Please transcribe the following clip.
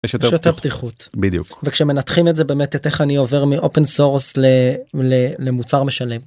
יש יותר פתיחות בדיוק, וכשמנתחים את זה באמת את איך אני עובר מאופן סורס למוצר משלם.